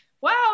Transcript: wow